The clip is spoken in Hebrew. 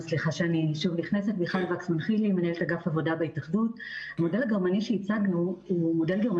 אני יודע שגם ללשכת